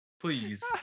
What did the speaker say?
please